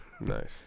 Nice